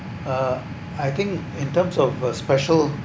uh I think in terms of a special